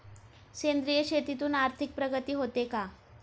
सेंद्रिय शेतीतून आर्थिक प्रगती होते का?